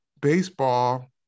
baseball